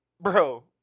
bro